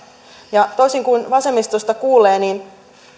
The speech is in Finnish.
ja toisin kuin vasemmistosta kuulee